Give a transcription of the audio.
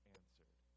answered